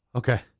okay